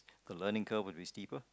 the learning curve would be steeper